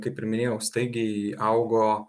kaip ir minėjau staigiai augo